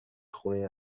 خونه